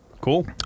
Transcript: Cool